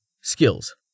Skills